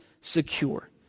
secure